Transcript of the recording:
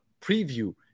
preview